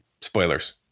spoilers